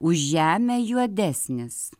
už žemę juodesnis